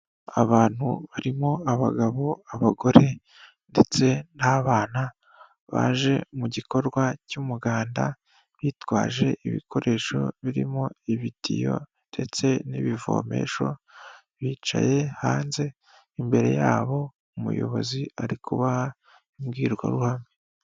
Abantu barimo abagabo, abagore ndetse n'abana, baje mu gikorwa cy'umuganda, bitwaje ibikoresho birimo ibitiyo ndetse n'ibivomesho, bicaye hanze imbere ya bo umuyobozi ari kubaha imbwirwaruhame.